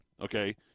Okay